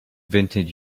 vintage